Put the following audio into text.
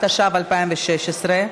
התשע"ו 2016,